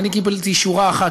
אז אני קיבלתי שורה אחת,